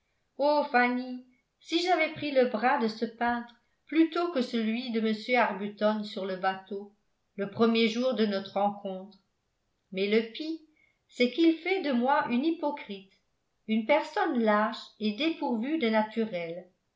fanny si j'avais pris le bras de ce peintre plutôt que celui de m arbuton sur le bateau le premier jour de notre rencontre mais le pis c'est qu'il fait de moi une hypocrite une personne lâche et dépourvue de naturel